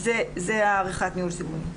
זאת עריכת ניהול הסיכונים.